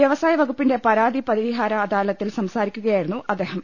വ്യവസായ വകുപ്പിന്റെ പരാതി പരിഹാര അദാലത്തിൽ സംസാരിക്കുകയായിരുന്നു അദ്ദേഹം